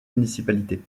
municipalité